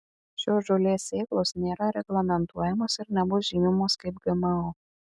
šios žolės sėklos nėra reglamentuojamos ir nebus žymimos kaip gmo